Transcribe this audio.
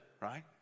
right